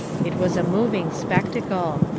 it was a moving spectacle.